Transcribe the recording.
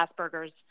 Asperger's